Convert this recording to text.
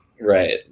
right